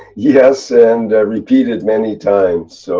yes, and repeated many times. so